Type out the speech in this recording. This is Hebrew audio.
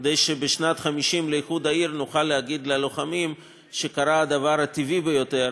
כדי שבשנת ה-50 לאיחוד העיר נוכל להגיד ללוחמים שקרה הדבר הטבעי ביותר